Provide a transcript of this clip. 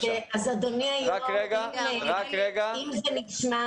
אדוני היושב ראש, אם זה נשמע